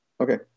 okay